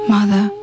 Mother